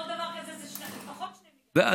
כל דבר כזה זה לפחות 2 מיליון שקלים,